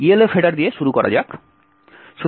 ELF header দিয়ে শুরু করা যাক